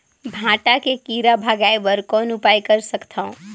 भांटा के कीरा भगाय बर कौन उपाय कर सकथव?